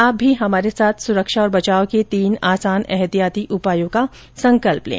आप भी हमारे साथ सुरक्षा और बचाव के तीन आसान एहतियाती उपायों का संकल्प लें